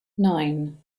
nine